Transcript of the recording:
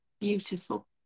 Beautiful